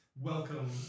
welcome